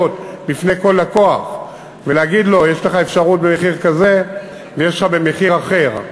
בפני כל לקוח ולהגיד לו: יש לך אפשרות במחיר כזה ויש לך במחיר אחר.